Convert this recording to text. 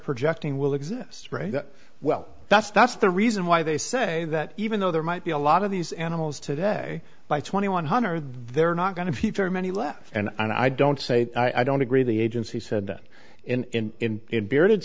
projecting will exist right well that's that's the reason why they say that even though there might be a lot of these animals today by twenty one hundred they're not going to be very many left and i don't say i don't agree the agency said that in in